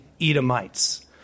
Edomites